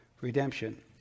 redemption